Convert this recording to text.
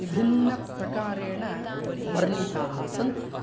विभिन्नप्रकारेण वर्णिताः सन्ति